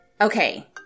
Okay